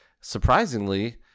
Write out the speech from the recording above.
surprisingly